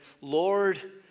lord